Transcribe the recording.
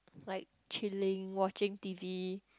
like chilling watching T_V